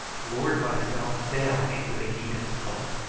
lowered myself down into the heat and smoke.